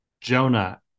jonah